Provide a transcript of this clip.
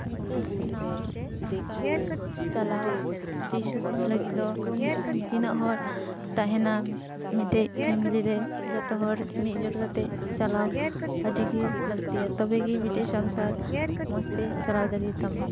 ᱢᱤᱫᱴᱮᱱ ᱱᱟᱶᱟ ᱥᱚᱝᱥᱟᱨ ᱪᱟᱞᱟᱣ ᱫᱤᱥ ᱦᱩᱫᱤᱥ ᱞᱟᱹᱜᱤᱫ ᱫᱚ ᱛᱤᱱᱟᱹᱜ ᱦᱚᱲ ᱛᱟᱦᱮᱸᱱᱟᱢ ᱢᱤᱫᱴᱮᱱ ᱯᱷᱮᱢᱮᱞᱤ ᱨᱮ ᱡᱚᱛᱚ ᱦᱚᱲ ᱢᱤᱫ ᱡᱳᱴ ᱠᱟᱛᱮ ᱪᱟᱞᱟᱣ ᱟᱹᱰᱤ ᱜᱮ ᱞᱟᱹᱠᱛᱤᱭᱟ ᱛᱚᱵᱮ ᱜᱮ ᱢᱤᱫᱴᱮᱱ ᱥᱚᱝᱥᱟᱨ ᱢᱚᱡᱽ ᱛᱮ ᱪᱟᱞᱟᱣ ᱫᱟᱲᱮᱣᱟᱛᱟᱢᱟ